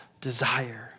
desire